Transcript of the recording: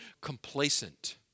complacent